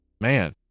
man